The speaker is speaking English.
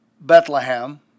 Bethlehem